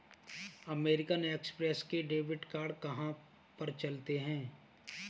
American Express के debit card कहाँ पर चलते हैं?